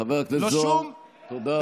חבר הכנסת זוהר, תודה רבה.